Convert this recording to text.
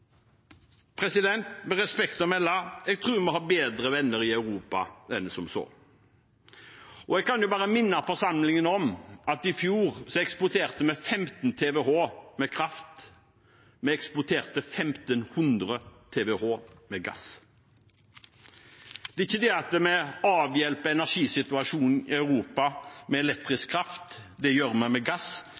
Med respekt å melde tror jeg vi har bedre venner i Europa enn som så. Jeg kan bare minne forsamlingen om at i fjor eksporterte vi 15 TWh kraft – vi eksporterte 1 500 TWh gass. Det er ikke sånn at vi avhjelper energisituasjonen i Europa med elektrisk kraft – det gjør vi med gass,